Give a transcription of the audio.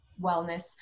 wellness